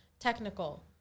technical